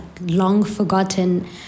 long-forgotten